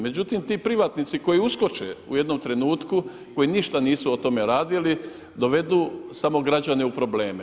Međutim ti privatnici koji uskoče u jednom trenutku, koji ništa nisu o tome radili, dovedu samo građane u probleme.